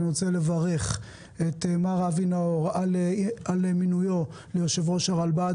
אני רוצה לברך את מר אבי נאור על מינויו ליושב-ראש הרלב"ד.